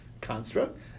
construct